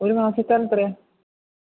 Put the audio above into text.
ഒരു മാസത്തിന് എത്രയാ